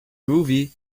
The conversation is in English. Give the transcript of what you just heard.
movie